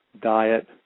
diet